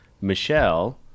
michelle